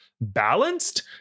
balanced